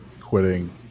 quitting